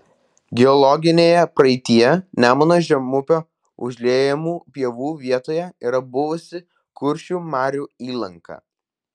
geologinėje praeityje nemuno žemupio užliejamų pievų vietoje yra buvusi kuršių marių įlanka